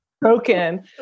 broken